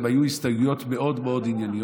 היו הסתייגויות מאוד מאוד ענייניות,